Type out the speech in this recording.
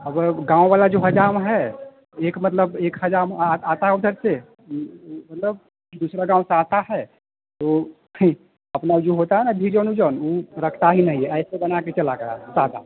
अगर गाँव वाला जो हजाम है एक मतलब एक हजाम आता है उधर से मतलब दूसरा गाँव से आता है तो फिन अपना जो होता है न धीजोन ऊजोन ऊ रखता ही नहीं है ऐसे बना कर चला गया सादा